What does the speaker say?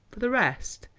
for the rest,